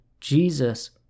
Jesus